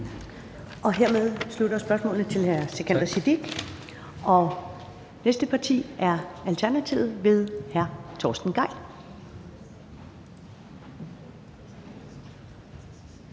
Hermed slutter spørgsmålene fra hr. Sikandar Siddique. Det næste parti er Alternativet ved hr. Torsten Gejl.